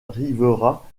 vers